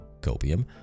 copium